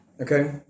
Okay